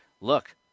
look